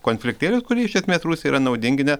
konfliktėlius kurie iš esmės rusijai yra naudingi ne